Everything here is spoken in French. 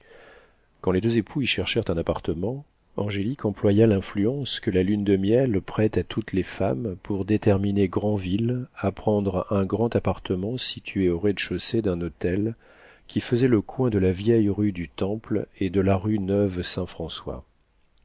quand les deux époux y cherchèrent un appartement angélique employa l'influence que la lune de miel prête à toutes les femmes pour déterminer granville à prendre un grand appartement situé au rez-de-chaussée d'un hôtel qui faisait le coin de la vieille rue du temple et de la rue neuve saint françois